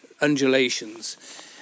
undulations